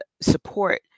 support